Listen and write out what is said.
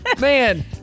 Man